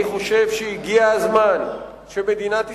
אני חושב שהגיע הזמן שמדינת ישראל,